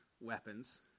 weapons